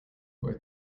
were